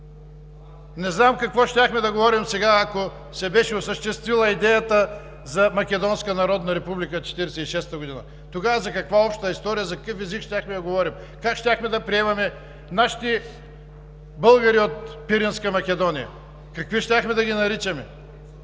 Не знам какво щяхме да говорим сега, ако се беше осъществила идеята за Македонска народна република през 1946 г. Тогава за каква обща история, за какъв език щяхме да говорим? Как щяхме да приемаме нашите българи от Пиринска Македония? Какви щяхме да ги наричаме?